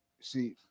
see